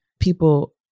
People